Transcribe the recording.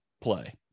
play